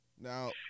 now